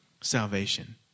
salvation